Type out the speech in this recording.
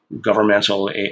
governmental